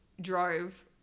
drove